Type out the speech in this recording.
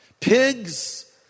Pigs